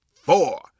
four